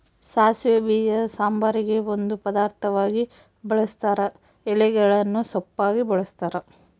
ಸಾಸಿವೆ ಬೀಜ ಸಾಂಬಾರಿಗೆ ಒಂದು ಪದಾರ್ಥವಾಗಿ ಬಳುಸ್ತಾರ ಎಲೆಗಳನ್ನು ಸೊಪ್ಪಾಗಿ ಬಳಸ್ತಾರ